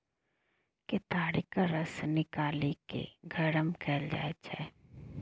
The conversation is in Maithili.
केतारीक रस निकालि केँ गरम कएल जाइ छै